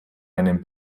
einem